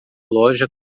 loja